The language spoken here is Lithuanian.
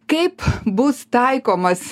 kaip bus taikomas